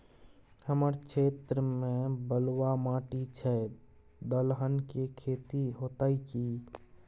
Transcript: हमर क्षेत्र में बलुआ माटी छै, दलहन के खेती होतै कि?